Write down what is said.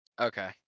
Okay